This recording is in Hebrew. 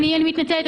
אני מתנצלת,